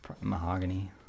mahogany